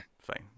fine